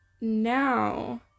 now